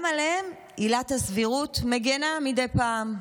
גם עליהם עילת הסבירות מגינה מדי פעם.